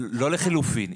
לא לחלופין.